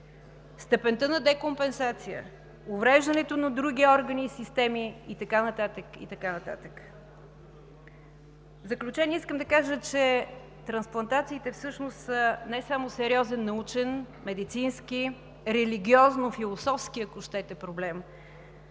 степента на декомпенсация, увреждането на други органи и системи и така нататък, и така нататък. В заключение, искам да кажа, че трансплантациите всъщност са не само сериозен научен, медицински, религиозно-философски, ако щете, проблем.